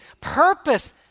purpose